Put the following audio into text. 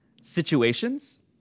situations